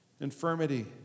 infirmity